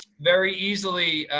very easily